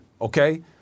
okay